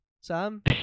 Sam